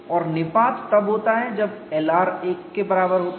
और निपात तब होता है जब Lr 1 के बराबर होता है